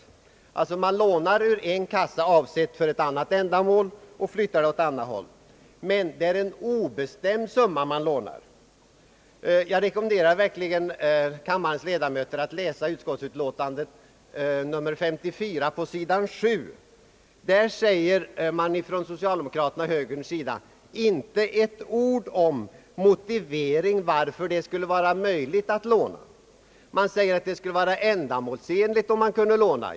Man lånar alltså pengar ur en kassa avsedd för ett visst ändamål och flyttar över dem till en annan kassa, som är avsedd för ett annat ändamål. Men det är en obestämd summa som lånas. Jag rekommenderar kammarens 1ledamöter att läsa statsutskottets utlåtande nr 54, sidan 7. Där framhålles från högerpartiets och socialdemokraternas sida inte ett ord till motivering varför det skulle vara möjligt att låna pengar. Man säger att det skulle vara ändamålsenligt att kunna låna.